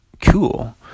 Cool